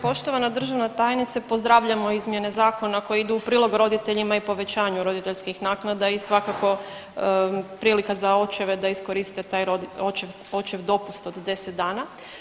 Poštovana državna tajnice pozdravljamo izmjene zakona koji idu u prilog roditeljima i povećanju roditeljskih naknada i svakako prilika za očeve da iskoriste taj očev dopust od 10 dana.